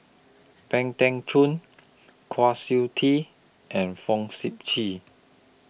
Pang Teck Joon Kwa Siew Tee and Fong Sip Chee